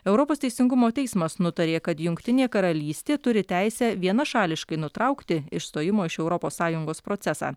europos teisingumo teismas nutarė kad jungtinė karalystė turi teisę vienašališkai nutraukti išstojimo iš europos sąjungos procesą